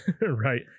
right